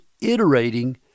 iterating